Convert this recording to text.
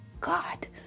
God